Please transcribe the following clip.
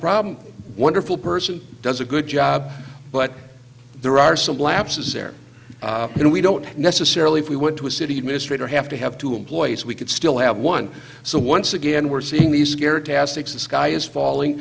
problem wonderful person does a good job but there are some lapses there and we don't necessarily if we went to a city administrator have to have two employees we could still have one so once again we're seeing these scared to ask if the sky is falling